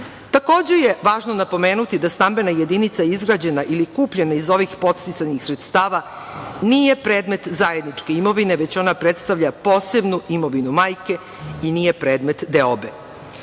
Takođe je važno napomenuti da stambena jedinica izgrađena ili kupljena iz ovih podsticajnih sredstava nije predmet zajedničke imovine, već ona predstavlja posebnu imovinu majke i nije predmet deobe.